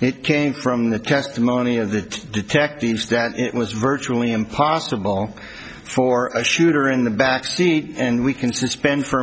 it came from the testimony of the detectives that it was virtually impossible for a shooter in the backseat and we can suspend for a